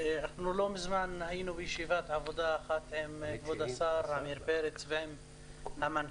לא מזמן היינו בישיבת עבודה אחת עם כבוד השר עמיר פרץ ועם המנכ"ל,